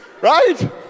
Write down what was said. right